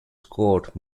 scored